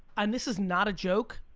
and this is not a joke,